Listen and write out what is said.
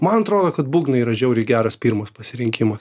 man atrodo kad būgnai yra žiauriai geras pirmas pasirinkimas